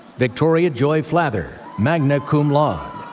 victoria joy flather, magna cum laude.